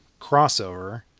Crossover